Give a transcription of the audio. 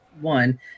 One